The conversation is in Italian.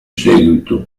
seguito